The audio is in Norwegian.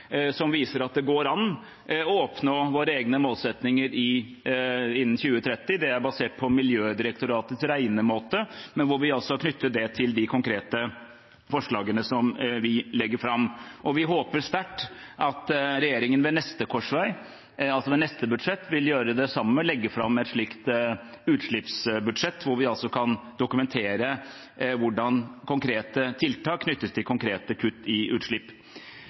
som viser at det går an å nå våre egne målsettinger innen 2030. Det er basert på Miljødirektoratets regnemåte, og vi knytter det til de konkrete forslagene vi legger fram. Vi håper sterkt at regjeringen ved neste korsvei, altså ved neste budsjett, vil gjøre det samme og legge fram et utslippsbudsjett hvor vi kan dokumentere hvordan konkrete tiltak knyttes til konkrete kutt i utslipp.